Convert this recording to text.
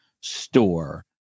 store